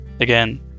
again